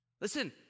Listen